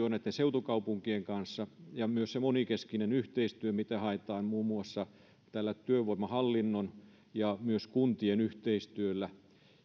on yhteistyö seutukaupunkien kanssa ja myös se monenkeskinen yhteistyö mitä haetaan muun muassa tällä työvoimahallinnon ja myös kuntien yhteistyöllä